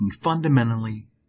fundamentally